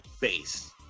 base